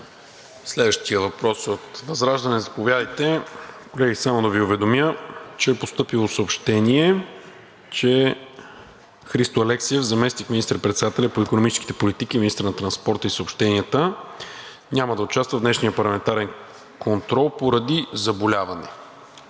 Следващият въпрос от ВЪЗРАЖДАНЕ – заповядайте. Колеги, само да Ви уведомя, че е постъпило съобщение, че Христо Алексиев – заместник министър-председателят по икономическите политики и министър на транспорта и съобщенията няма да участва в днешния парламентарен контрол поради заболяване.